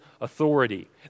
authority